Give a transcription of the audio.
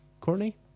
Courtney